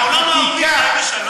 העולם הערבי חי בשלום?